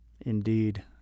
Indeed